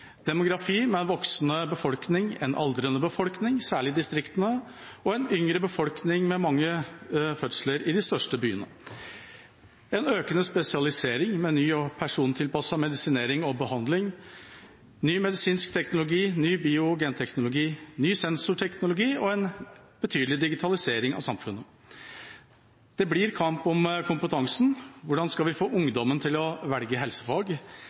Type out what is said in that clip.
demografi: en voksende befolkning, en aldrende befolkning – særlig i distriktene – og en yngre befolkning, med mange fødsler, i de største byene en økende spesialisering med ny og persontilpasset medisinering og behandling, ny medisinsk teknologi, ny bio- og genteknologi, ny sensorteknologi og en betydelig digitalisering av samfunnet Det blir kamp om kompetansen: Hvordan skal vi få ungdommen til å velge helsefag?